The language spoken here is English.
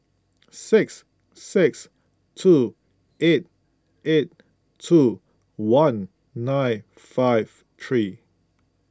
six six two eight eight two one nine five three